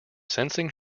sensing